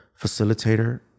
facilitator